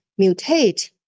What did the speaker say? mutate